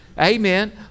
amen